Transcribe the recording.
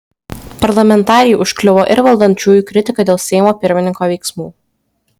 parlamentarei užkliuvo ir valdančiųjų kritika dėl seimo pirmininko veiksmų